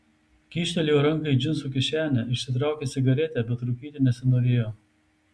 kyštelėjo ranką į džinsų kišenę išsitraukė cigaretę bet rūkyti nesinorėjo